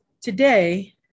today